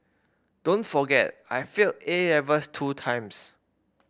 don't forget I failed A Levels two times